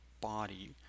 body